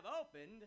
opened